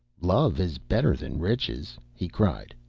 love is better than riches he cried,